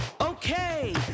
okay